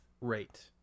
rate